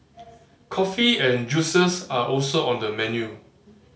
coffee and juices are also on the menu